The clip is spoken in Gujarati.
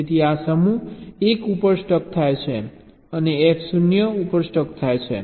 તેથી આ સમૂહ 1 ઉપર સ્ટક થાય છે અને F 0 ઉપર સ્ટક થઈ જાય છે